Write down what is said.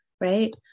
right